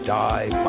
die